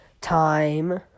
time